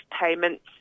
payments